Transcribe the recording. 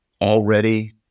Already